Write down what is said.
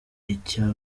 icya